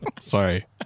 Sorry